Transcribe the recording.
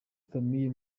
famille